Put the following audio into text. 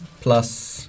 plus